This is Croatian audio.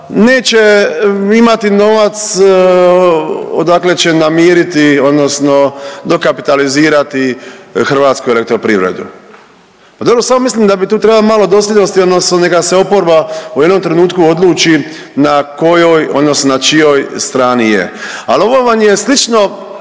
neće imati novac odakle će namiriti, odnosno dokapitalizirati Hrvatsku elektroprivredu. Pa dobro, samo mislim da bi tu trebalo malo dosljednosti, odnosno neka se oporba u jednom trenutku odluči na kojoj, odnosno na čijoj strani je. Ali ovo vam je slično